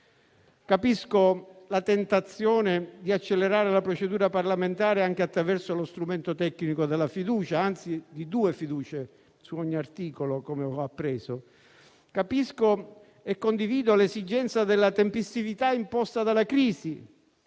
Capisco la tentazione di accelerare la procedura parlamentare anche attraverso lo strumento tecnico della fiducia, anzi di due fiducie su ogni articolo, come ho appreso. Capisco e condivido l'esigenza della tempestività imposta dalla crisi.